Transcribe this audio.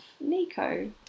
Nico